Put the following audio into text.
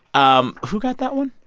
um who got that one?